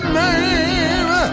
name